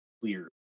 clear